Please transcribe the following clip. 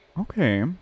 Okay